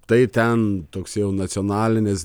tai ten toks jau nacionalinis